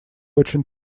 очень